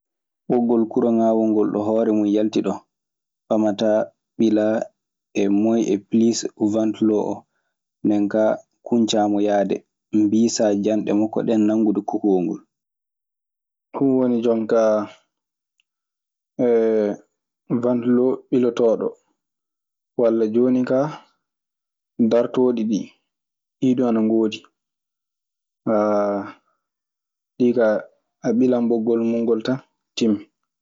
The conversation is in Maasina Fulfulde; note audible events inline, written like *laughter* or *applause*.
Ɓoggol kuraŋaawol ngol, ɗo hoore mun yalti ɗoo ɓamataa, ɓilaa e moyen e piliis wantiloo o. Nden kaa kuncaamo yahde, mbisaa janɗe makko ɗee nanngude kokowol ngol. Ɗun woni jonkaa *hesitation* wantiloo ɓilotooɗo walla jooni kaa darotooɗi ɗii. Ɗii du ana ngoodi. *hesitation* Ɗii kaa a ɓilan ɓoggol mun ngol tan. Timmi.